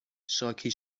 شاکی